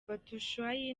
batshuayi